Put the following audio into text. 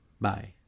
Bye